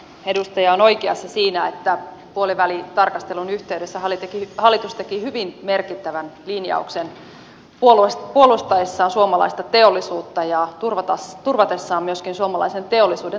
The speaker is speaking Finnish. edustaja on oikeassa siinä että puolivälitarkastelun yhteydessä hallitus teki hyvin merkittävän linjauksen puolustaessaan suomalaista teollisuutta ja turvatessaan myöskin suomalaisen teollisuuden toimintaedellytykset täällä suomessa